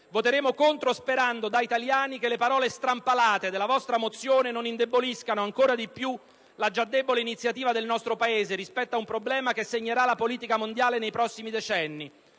Voteremo contro sperando, da italiani, che le parole strampalate della vostra mozione non indeboliscano ancora di più la già debole iniziativa del nostro Paese rispetto a un problema che segnerà la politica mondiale nei prossimi decenni